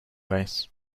race